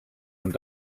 und